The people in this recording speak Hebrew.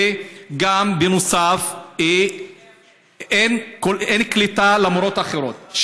וגם, בנוסף, אין קליטה של המורות האחרות.